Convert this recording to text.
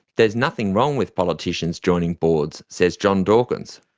there's nothing wrong with politicians joining boards, says john dawkins.